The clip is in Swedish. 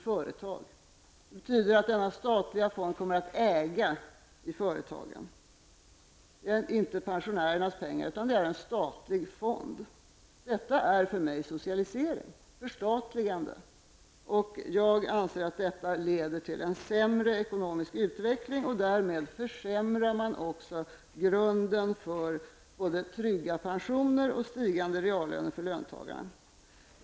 Det betyder att denna statliga fond kommer att äga i företagen. Det är alltså inte pensionärernas pengar, utan en statlig fond. För mig är detta socialisering och ett förstatligande. Jag anser att det leder till en sämre ekonomisk utveckling. Därmed försämrar man också grunden för både tryggade pensioner och stigande reallöner för löntagarna.